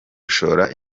gushora